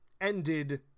ended